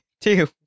two